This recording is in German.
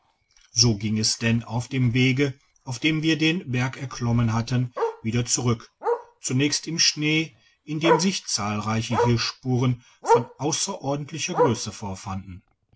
so ging es dann auf dem wege auf dem wir den berg erklommen hatten wieder zurück zunächst im schnee in dem sich zahlreiche hirschspuren von ausserordentlicher grösse vorfanden